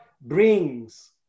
brings